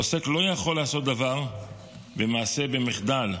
עוסק לא יכול לעשות דבר במעשה, במחדל,